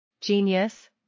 Genius